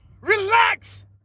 Relax